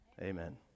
Amen